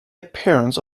appearance